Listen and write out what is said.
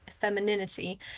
femininity